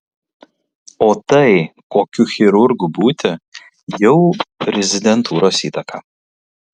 o tai kokiu chirurgu būti jau rezidentūros įtaka